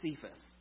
Cephas